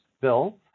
Bill